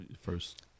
first